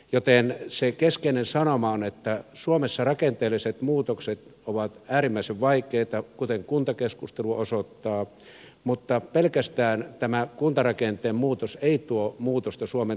joten se keskeinen sanoma on että suomessa rakenteelliset muutokset ovat äärimmäisen vaikeita kuten kuntakeskustelu osoittaa mutta pelkästään tämä kuntarakenteen muutos ei tuo muutosta suomen talouteen